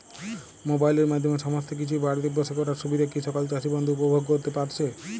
মোবাইলের মাধ্যমে সমস্ত কিছু বাড়িতে বসে করার সুবিধা কি সকল চাষী বন্ধু উপভোগ করতে পারছে?